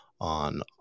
on